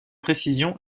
précision